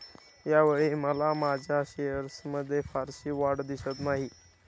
यावेळी मला माझ्या शेअर्समध्ये फारशी वाढ दिसत नाही